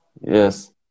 Yes